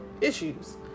issues